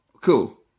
Cool